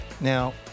Now